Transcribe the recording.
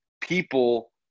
people